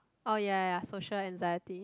oh ya ya social anxiety